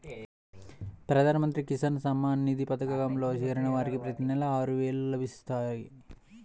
ప్రధాన మంత్రి కిసాన్ సమ్మాన్ నిధి పథకంలో చేరిన వారికి ప్రతి ఏటా ఆరువేల రూపాయలు లభిస్తాయి